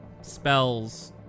spells